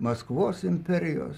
maskvos imperijos